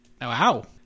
Wow